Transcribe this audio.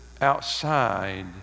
outside